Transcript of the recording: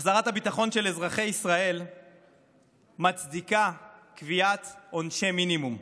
החזרת הביטחון של אזרחי ישראל מצדיקה קביעת עונשי מינימום.